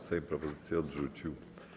Sejm propozycje odrzucił.